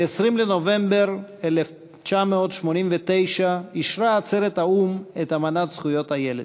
ב-20 בנובמבר 1989 אישרה עצרת האו"ם את אמנת זכויות הילד.